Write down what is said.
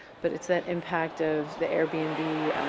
but it's that impact of the air b and b.